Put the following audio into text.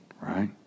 Right